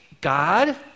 God